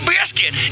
Biscuit